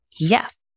Yes